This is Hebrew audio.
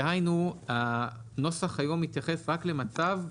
דהיינו הנוסח היום מתייחס רק למצב,